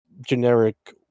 generic